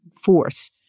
force